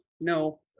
no